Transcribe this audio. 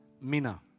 mina